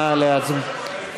נא להצביע.